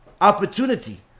opportunity